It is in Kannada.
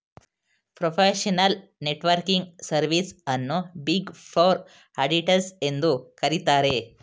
ಪ್ರೊಫೆಷನಲ್ ನೆಟ್ವರ್ಕಿಂಗ್ ಸರ್ವಿಸ್ ಅನ್ನು ಬಿಗ್ ಫೋರ್ ಆಡಿಟರ್ಸ್ ಎಂದು ಕರಿತರೆ